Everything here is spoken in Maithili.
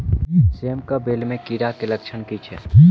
सेम कऽ बेल म कीड़ा केँ लक्षण की छै?